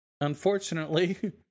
unfortunately